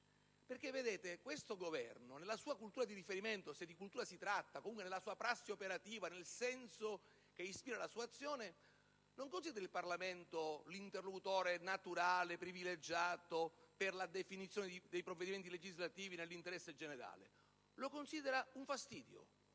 parlamentare. Nella sua cultura di riferimento - se di cultura si tratta, ma comunque nella sua prassi operativa, nel senso che ispira la sua azione - questo Governo non considera il Parlamento l'interlocutore naturale e privilegiato per la definizione dei provvedimenti legislativi nell'interesse generale: lo considera un fastidio,